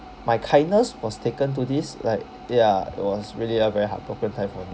my kindness was taken to this like ya it was really a very heartbroken time for me